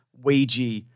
Ouija